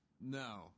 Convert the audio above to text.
No